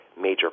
major